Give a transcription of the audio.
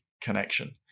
connection